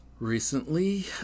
Recently